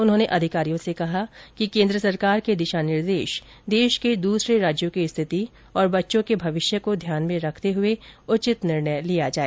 उन्होंने अधिकारियों से कहा कि केन्द्र सरकार के दिशा निर्देश देश के दूसरे राज्यों की स्थिति और बच्चों के भविष्य को ध्यान में रखते हुए उचित निर्णय लिया जाए